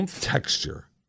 texture